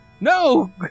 No